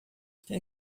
quem